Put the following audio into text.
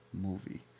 movie